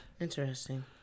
Interesting